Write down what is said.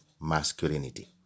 masculinity